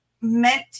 meant